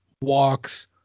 walks